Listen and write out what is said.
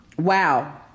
wow